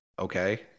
Okay